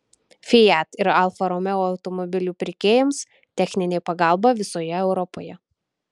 fiat ir alfa romeo automobilių pirkėjams techninė pagalba visoje europoje